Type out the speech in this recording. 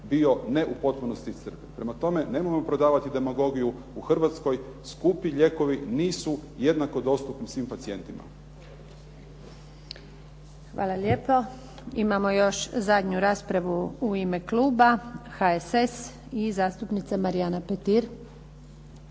bio ne u potpunosti iscrpljen. Prema tome, nemojmo prodavati demagogiju, u Hrvatskoj skupi lijekovi nisu jednako dostupni svim pacijentima. **Antunović, Željka (SDP)** Hvala lijepo. Imamo još zadnju raspravu u ime kluba HSS i zastupnica Marijana Petir.